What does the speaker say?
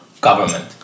government